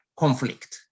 conflict